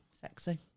sexy